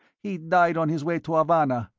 he died on his way to havana.